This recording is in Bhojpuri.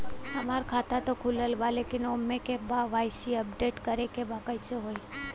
हमार खाता ता खुलल बा लेकिन ओमे के.वाइ.सी अपडेट करे के बा कइसे होई?